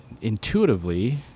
intuitively